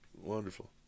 Wonderful